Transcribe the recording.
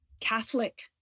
Catholic